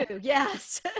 Yes